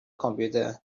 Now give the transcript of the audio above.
computer